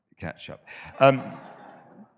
catch-up